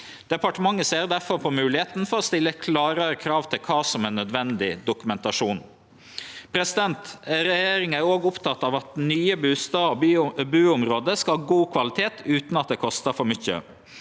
Departementet ser difor på moglegheita for å stille klarare krav til kva som er nødvendig dokumentasjon. Regjeringa er òg oppteken av at nye bustadar og buområde skal ha god kvalitet utan at det kostar for mykje.